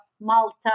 Malta